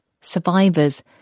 survivors